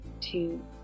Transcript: two